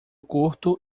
curto